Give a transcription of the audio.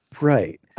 Right